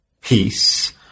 peace